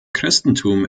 christentum